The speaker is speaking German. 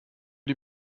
die